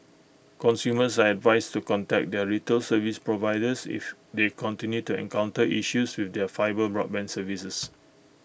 consumers are advised to contact their retail service providers if they continue to encounter issues with their fibre broadband services